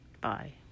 Bye